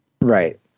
Right